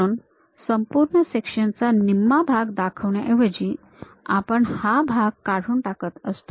म्हणून संपूर्ण सेक्शन चा निम्मा भाग दाखवण्याऐवजी आपण हा भाग काढून टाकत असतो